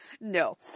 No